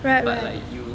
but like you